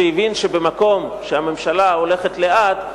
שהבין שבמקום שהממשלה הולכת לאט,